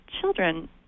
children